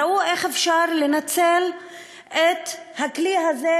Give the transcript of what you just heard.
ראו איך אפשר לנצל את הכלי הזה,